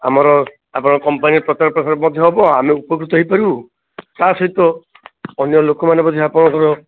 ଆମର ଆପଣ କମ୍ପାନୀ ପ୍ରଚାର ପ୍ରସାର ମଧ୍ୟ ହେବ ଆମେ ଉପକୃତ ହେଇପାରିବୁ ତା ସହିତ ଅନ୍ୟ ଲୋକମାନେ ମଧ୍ୟ ଆପଣଙ୍କର